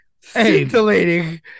scintillating